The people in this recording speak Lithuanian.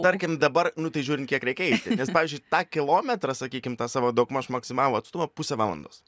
tarkim dabar nu tai žiūrint kiek reikia eiti nes pavyzdžiui tą kilometrą sakykim tą savo daugmaž maksimalų atstumą pusę valandos